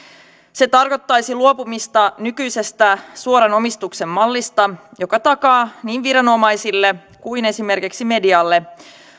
se tarkoittaisi luopumista nykyisestä suoran omistuksen mallista joka takaa niin viranomaisille kuin esimerkiksi medialle